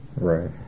Right